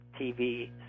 TV